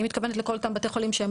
אני מתכוונת לכל אותם בתי חולים שהם